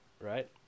right